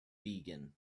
vegan